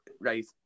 Right